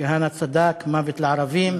"כהנא צדק", "מוות לערבים"